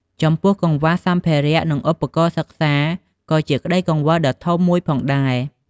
ចំពោះ កង្វះសម្ភារៈ និងឧបករណ៍សិក្សា ក៏ជាក្តីកង្វល់ដ៏ធំមួយផងដែរ។